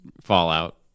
Fallout